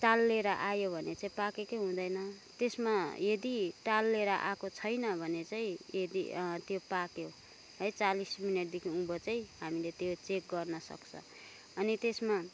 टालिएर आयो भने चाहिँ पाकेकै हुँदैन त्यसमा यदि टालिएर आएको छैन भने चाहिँ यदि त्यो पाक्यो है चालिस मिनटदेखि उँभो चाहिँ हामीले त्यो चेक गर्न सक्छौँ अनि त्यसमा